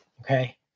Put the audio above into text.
okay